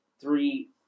three